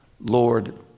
Lord